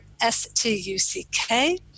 S-T-U-C-K